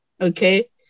Okay